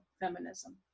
feminism